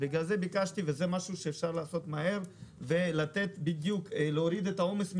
בגלל זה ביקשתי וזה משהו שאפשר לעשות מהר ולהוריד את העומס מהמלונות.